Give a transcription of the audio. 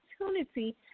opportunity